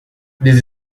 this